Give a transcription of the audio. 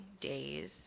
days